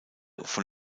von